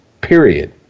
period